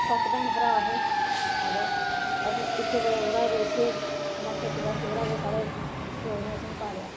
सत्त भैन भ्रा हे ते असें इस्सै परां असें खेतीबाड़ी परां गै असें प्यो ने असेंगी पालेआ